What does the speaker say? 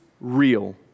real